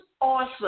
awesome